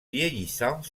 vieillissant